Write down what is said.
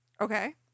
Okay